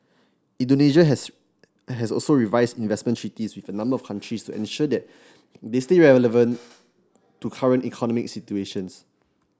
Indonesia has has also revised investment treaties with a number of countries to ensure that they stay relevant to current economic situations